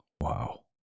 Wow